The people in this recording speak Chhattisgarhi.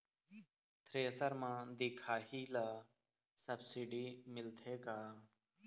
थ्रेसर म दिखाही ला सब्सिडी मिलथे का?